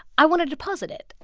i want to deposit it.